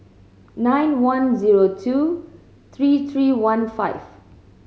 nine one zero two three three one five